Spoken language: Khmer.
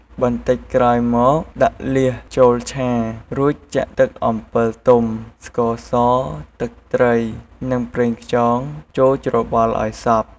បន្តិចក្រោយមកដាក់លៀសចូលឆា រួចចាក់ទឹកអំពិលទុំ ស្ករស ទឹកត្រី និងប្រេងខ្យងចូលច្របល់ឱ្យសព្វ។